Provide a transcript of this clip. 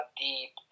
deep